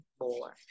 more